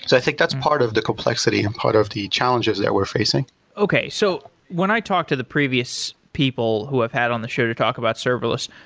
i think that's part of the complexity and part of the challenges that we're facing okay, so when i talked to the previous people who i've had on the show to talk about serverless,